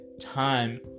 time